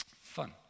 fun